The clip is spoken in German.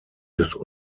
des